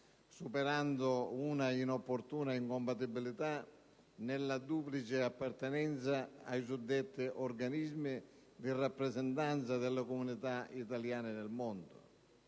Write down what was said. superando un'inopportuna incompatibilità nella duplice appartenenza ai suddetti organismi di rappresentanza delle comunità italiane nel mondo.